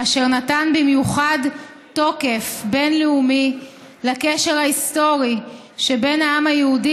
אשר נתן במיוחד תוקף בין-לאומי לקשר ההיסטורי שבין העם היהודי